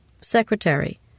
Secretary